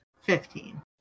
Fifteen